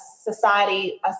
society